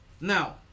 Now